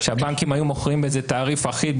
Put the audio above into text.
שהבנקים היו מוכרים בתעריף אחיד,